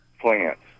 plants